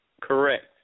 Correct